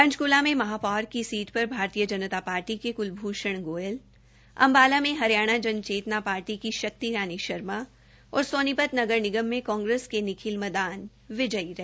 पंचकूला में महापौर की सीट पर भारतीय जनता पार्टी के कलभूष्ण गोयल अम्बाला में हरियाणा जन चेतना पार्टी की शक्ति रानी शर्मा और सोनीपत नगर निगम मे कांग्रेस के निखिल मदान विजयी रहे